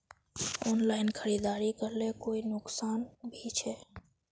Online खरीदारी करले कोई नुकसान भी छे?